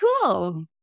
cool